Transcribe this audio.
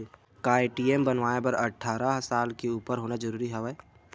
का ए.टी.एम बनवाय बर अट्ठारह साल के उपर होना जरूरी हवय?